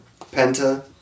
Penta